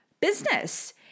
business